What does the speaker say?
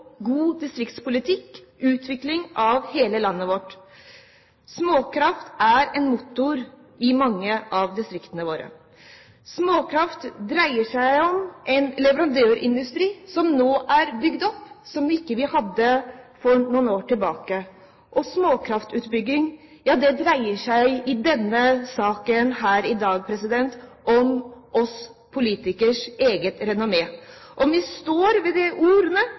god distriktspolitikk, om utvikling av hele landet vårt. Småkraft er en motor i mange av distriktene våre. Småkraft dreier seg om en leverandørindustri som nå er bygd opp, og som vi ikke hadde for noen år siden. Småkraftutbygging dreier seg i saken her i dag om oss politikere, om vårt eget renommé, om vi står ved de ordene,